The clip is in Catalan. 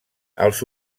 els